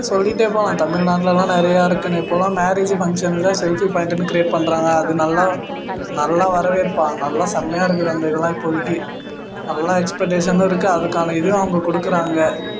சொல்லிகிட்டே போகலாம் தமிழ்நாட்லெலாம் நிறையா இருக்குதுன்னு இப்போதெல்லாம் மேரேஜ் ஃபங்க்ஷனில் செல்ஃபி பாயிண்ட்டுன்னு க்ரியேட் பண்ணுறாங்க அது நல்லா நல்லா வரவேற்பாக நல்ல செம்மையா இருக்குது அந்த இதெல்லாம் இப்போதைக்கி நல்லா எக்ஸ்பெக்டேஷனும் இருக்குது அதுக்கான இதுவும் அவங்க கொடுக்குறாங்க